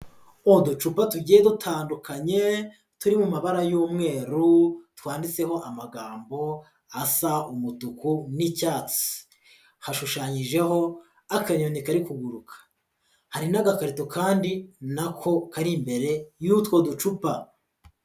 Uducupa tugiye dutandukanye, turi mu mabara y'umweru, twanditseho amagambo asa umutuku n'icyatsi, hashushanyijeho akanyoni kari kuguruka, hari n'agakarito kandi na ko kari imbere y'utwo ducupa.